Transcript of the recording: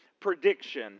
prediction